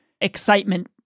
excitement